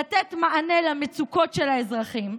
לתת מענה למצוקות של האזרחים,